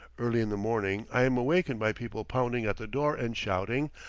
early in the morning i am awakened by people pounding at the door and shouting,